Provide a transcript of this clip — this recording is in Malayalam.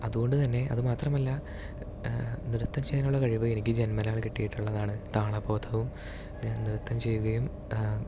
അതുകൊണ്ട് തന്നെ അതു മാത്രമല്ല നൃത്തം ചെയ്യാനുള്ള കഴിവ് എനിക്ക് ജന്മനാൽ കിട്ടിയിട്ടുള്ളതാണ് താള ബോധവും നൃത്തം ചെയ്യുകയും